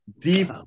Deep